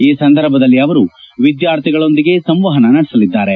ಈ ಸಂದರ್ಭದಲ್ಲಿ ಅವರು ವಿದ್ಯಾರ್ಥಿಗಳೊಂದಿಗೆ ಸಂವಹನ ನಡೆಸಲಿದ್ದಾರೆ